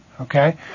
Okay